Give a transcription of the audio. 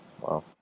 Wow